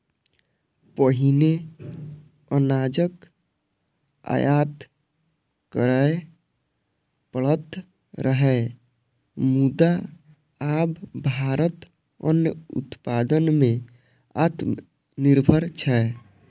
पहिने अनाजक आयात करय पड़ैत रहै, मुदा आब भारत अन्न उत्पादन मे आत्मनिर्भर छै